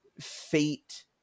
fate